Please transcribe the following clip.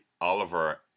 Oliver